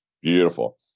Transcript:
Beautiful